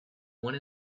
one